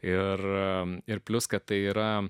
ir ir plius kad tai yra